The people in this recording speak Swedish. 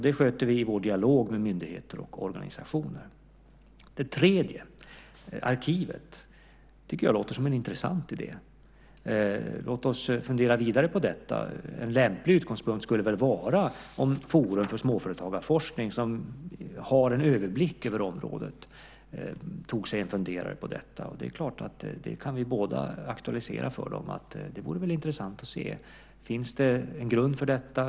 Det sköter vi i vår dialog med myndigheter och organisationer. Det sista, arkivet, tycker jag låter som en intressant idé. Låt oss fundera vidare på detta. En lämplig utgångspunkt skulle väl vara om Forum för småföretagarforskning, som har en överblick över området, tog sig en funderare på detta. Det är klart att vi båda kan aktualisera för dem att det väl vore intressant att se om det finns en grund för detta.